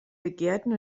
begehrten